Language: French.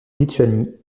lituanie